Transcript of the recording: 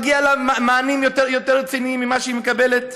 מגיעים לה מענים יותר רציניים ממה שהיא מקבלת.